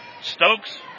Stokes